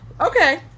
Okay